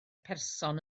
person